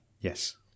yes